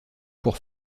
pour